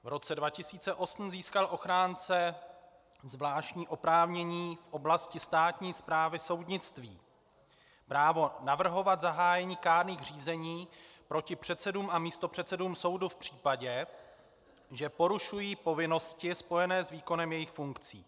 V roce 2008 získal ochránce zvláštní oprávnění v oblasti státní správy, soudnictví právo navrhovat zahájení kárných řízení proti předsedům a místopředsedům soudu v případě, že porušují povinnosti spojené s výkonem jejich funkcí.